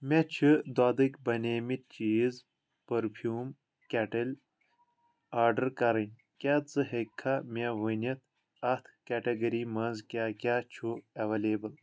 مےٚ چھِ دۄدٕکۍ بنے مٕتۍ چیٖز پٔرفیٛوم کیٚٹٕلۍ آرڈر کرٕنۍ کیٛاہ ژٕ ہیٚککھا مےٚ ؤنِتھ اتھ کیٚٹگٔری منٛز کیٛاہ کیٛاہ چھُ ایٚولیبٕل